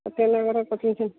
ଆଉ କ୍ୟାମେରା ପକାଇଛନ୍ତି